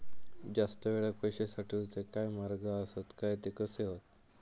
जास्त वेळाक पैशे साठवूचे काय मार्ग आसत काय ते कसे हत?